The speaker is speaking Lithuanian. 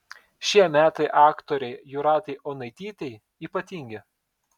šie metai aktorei jūratei onaitytei ypatingi